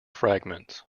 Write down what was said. fragments